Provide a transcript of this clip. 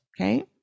okay